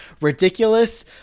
ridiculous